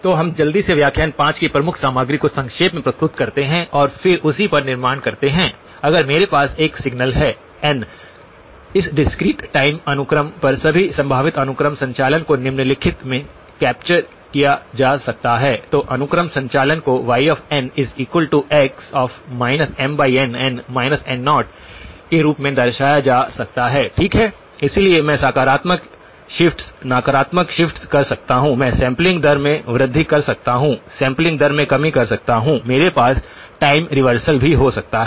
तो हम जल्दी से व्याख्यान 5 की प्रमुख सामग्री को संक्षेप में प्रस्तुत करते हैं और फिर उसी पर निर्माण करते हैं अगर मेरे पास एक सिग्नल है n इस डिस्क्रीट टाइम अनुक्रम पर सभी संभावित अनुक्रम संचालन को निम्नलिखित में कैप्चर किया जा सकता है तो अनुक्रम संचालन को ynx MNn N0 के रूप में दर्शाया जा सकता है ठीक है इसलिए मैं सकारात्मक शिफ्ट्स नकारात्मक शिफ्ट्स कर सकता हूं मैं सैंपलिंग दर में वृद्धि कर सकता हूं सैंपलिंग दर में कमी कर सकता हूं मेरे पास टाइम रिवर्सल भी हो सकता है